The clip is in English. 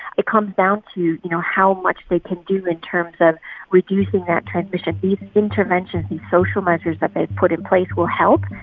it comes down to, you know, how much they can do in terms of reducing that transmission. these interventions, these social measures that they've put in place will help.